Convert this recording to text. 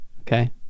Okay